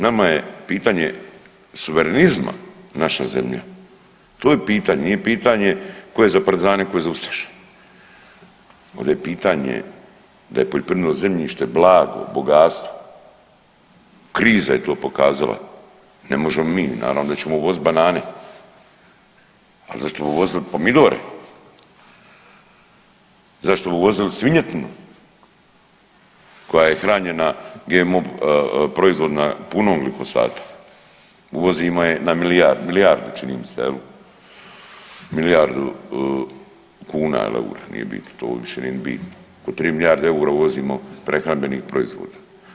Nama je pitanje suverenizma naša zemlja, to je pitanje, nije pitanje tko je za partizane, tko je za ustaše, ovdje je pitanje da je poljoprivredno zemljište blago, bogatstvo, kriza je to pokazala, ne možemo mi naravno da ćemo uvozit banane, ali zašto bi uvozili pomidore, zašto bi uvozili svinjetinu koja je hranjena GMO proizvodima punom glifosata, uvozimo je na milijardu čini mi se jel, milijardu kuna ili eura nije bitno, to uopće nije ni bitno, oko 3 milijarde eura uvozimo prehrambenih proizvoda.